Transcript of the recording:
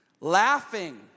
Laughing